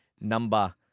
number